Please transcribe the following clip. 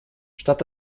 statt